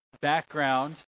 background